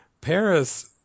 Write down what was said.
Paris